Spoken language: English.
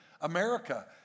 America